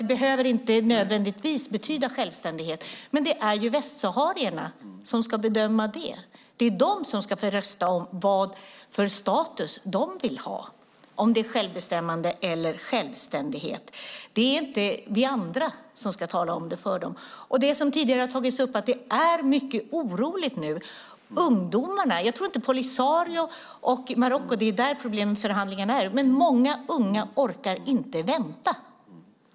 Det behöver alltså inte nödvändigtvis betyda självständighet, men det är västsaharierna som ska bedöma det. Det är de som ska få rösta om vilken status de vill ha, om det är självbestämmande eller självständighet. Det är inte vi andra som ska tala om det för dem. Det har tidigare tagits upp att det nu är mycket oroligt. Problemet är förhandlingarna mellan Polisario och Marocko. Många ungdomar orkar inte vänta.